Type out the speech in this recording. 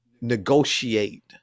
negotiate